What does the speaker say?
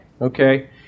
Okay